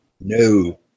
No